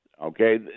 Okay